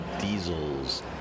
diesels